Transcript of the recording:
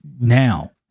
now